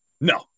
No